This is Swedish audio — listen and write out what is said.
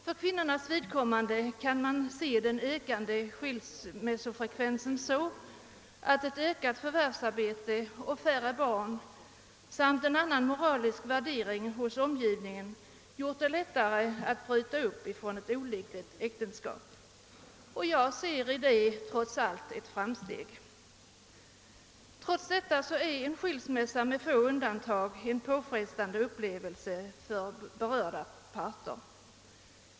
För kvinnornas vidkommande kan man se den ökade skilsmässofrekvensen så, att ett ökat förvärvsarbete och färre barn samt en annan moralisk värdering hos omgivningen gjort det lättare att bryta upp från ett olyckligt äktenskap. Jag ser i detta trots allt ett fram steg. Men en skilsmässa är ändå med få undantag en påfrestande upplevelse för berörda parter.